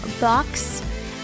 box